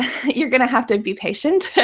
you're going to have to be patient.